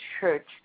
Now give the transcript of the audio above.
church